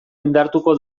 indartuko